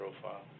profile